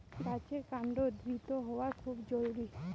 গাছের কান্ড দৃঢ় হওয়া খুব জরুরি